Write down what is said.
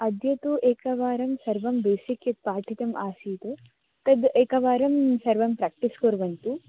अद्य तु एकवारं सर्वं बेसिक् यत् पाठितमासीत् तद् एकवारम् सर्वं प्र्याक्टिस् कुर्वन्ति